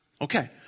Okay